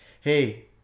hey